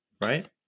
right